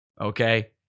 Okay